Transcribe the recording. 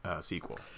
sequel